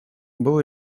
был